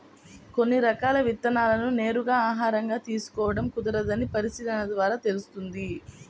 కొన్ని రకాల విత్తనాలను నేరుగా ఆహారంగా తీసుకోడం కుదరదని పరిశీలన ద్వారా తెలుస్తుంది